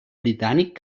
britànic